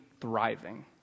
thriving